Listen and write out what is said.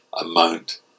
amount